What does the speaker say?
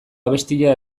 abestia